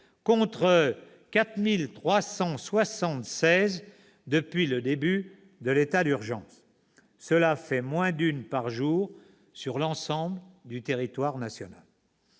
contre 4 376 depuis le début de l'état d'urgence. Cela fait moins d'une par jour sur l'ensemble du territoire national.